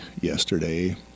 yesterday